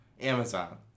Amazon